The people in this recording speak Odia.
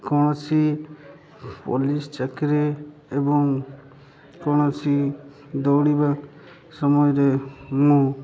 କୌଣସି ପୋଲିସ୍ ଚାକିରି ଏବଂ କୌଣସି ଦୌଡ଼ିବା ସମୟରେ ମୁଁ